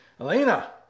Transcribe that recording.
Elena